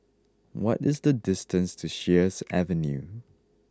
what is the distance to Sheares Avenue